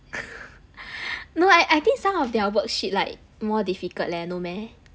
no I I think some of their work sheet like more difficult leh no meh